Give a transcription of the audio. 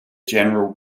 general